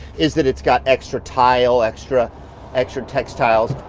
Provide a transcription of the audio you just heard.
is that it's got extra tile, extra extra textiles,